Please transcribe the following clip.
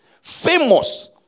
Famous